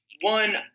one